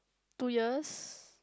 two years